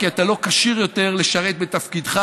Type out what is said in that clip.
כי אתה לא כשיר יותר לשרת בתפקידך.